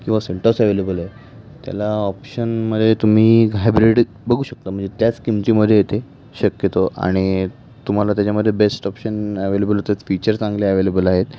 किंवा Seltos available आहे त्याला ऑप्शनमध्ये तुम्ही हायब्रिड बघू शकता म्हणजे त्याच किमतीमध्ये येते शक्यतो आणि तुम्हाला त्याच्यामध्ये बेस्ट ऑप्शन ॲवेलेबल होतात फीचर चांगले ॲवेलेबल आहेत